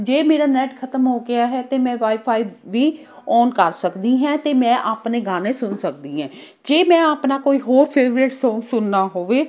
ਜੇ ਮੇਰਾ ਨੈਟ ਖ਼ਤਮ ਹੋ ਗਿਆ ਹੈ ਅਤੇ ਮੈਂ ਵਾਈ ਫਾਈ ਵੀ ਔਨ ਕਰ ਸਕਦੀ ਹੈ ਅਤੇ ਮੈਂ ਆਪਣੇ ਗਾਣੇ ਸੁਣ ਸਕਦੀ ਹੈ ਜੇ ਮੈਂ ਆਪਣਾ ਕੋਈ ਹੋਰ ਫੇਵਰੇਟ ਸੋਂਗ ਸੁਣਨਾ ਹੋਵੇ